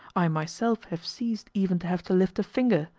i myself have ceased even to have to lift a finger,